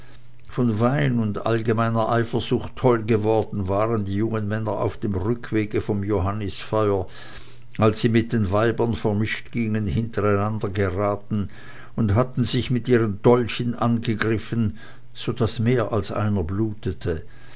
von wein und allgemeiner eifersucht toll geworden waren die jungen männer auf dem rückwege vom johannisfeuer als sie mit den weibern vermischt gingen hintereinander geraten und hatten sich mit ihren dolchen angegriffen so daß mehr als einer blutete